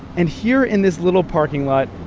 and here in this little parking lot,